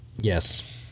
Yes